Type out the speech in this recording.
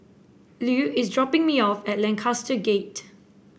Lu is dropping me off at Lancaster Gate